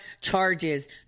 charges